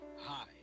Hi